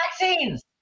vaccines